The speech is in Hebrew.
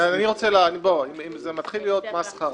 זה מתחיל להיות מסחרה